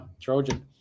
Trojan